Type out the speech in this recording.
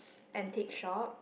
antique shop